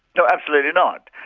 no absolutely not.